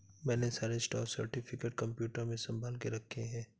मैंने सारे stock certificate computer में संभाल के रखे हैं